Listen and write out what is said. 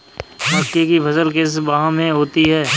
मक्के की फसल किस माह में होती है?